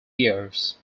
years